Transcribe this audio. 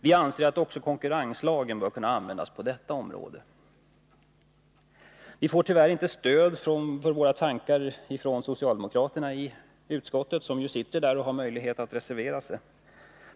Vi anser att också konkurrenslagen bör kunna användas på detta område. Vi får tyvärr inte något stöd för våra tankar från socialdemokraterna i utskottet, som ju har möjlighet att reservera sig.